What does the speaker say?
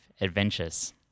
Adventures